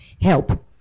help